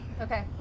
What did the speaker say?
okay